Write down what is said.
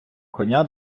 коня